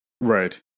right